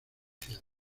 oficial